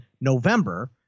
November